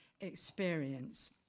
experience